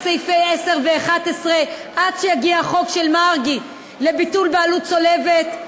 הסעיפים 10 ו-11 עד שיגיע החוק של מרגי לביטול בעלות צולבת,